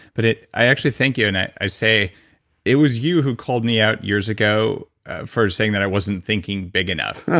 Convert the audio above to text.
but i actually thank you, and i i say it was you who called me out years ago for saying that i wasn't thinking big enough.